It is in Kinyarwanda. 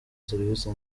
serivise